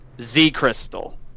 Z-Crystal